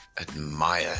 admire